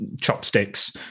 chopsticks